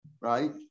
right